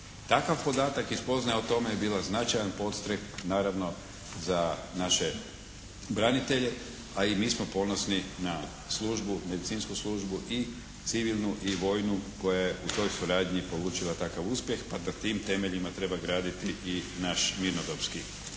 Takav podatak i spoznaja o tome bila je značajan podstrek naravno za naše branitelje, a i mi smo ponosni na službu, medicinsku službu i civilnu i vojnu koja je u toj suradnji polučila takav uspjeh, pa na tim temeljima treba graditi i naš mirnodopski,